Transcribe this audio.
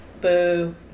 Boo